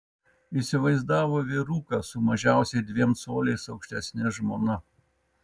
įsivaizdavo vyruką su mažiausiai dviem coliais aukštesne žmona